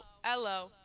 Hello